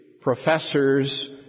professors